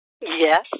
Yes